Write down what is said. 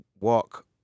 walk